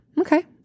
Okay